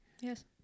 yes